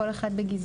כול אחד בגזרתו,